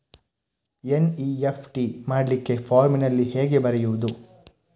NEFT ಮಾಡ್ಲಿಕ್ಕೆ ಫಾರ್ಮಿನಲ್ಲಿ ಹೇಗೆ ಬರೆಯುವುದು?